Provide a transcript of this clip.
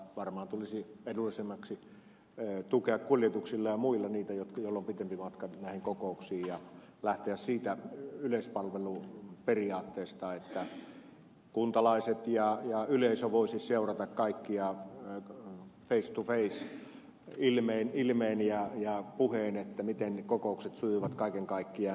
varmaan tulisi edullisemmaksi tukea kuljetuksilla ja muilla niitä joilla on pitempi matka näihin kokouksiin ja lähteä siitä yleispalveluperiaatteesta että kuntalaiset ja yleisö voisivat seurata kaikkia face to face ilmein ja puhein miten ne kokoukset sujuivat kaiken kaikkiaan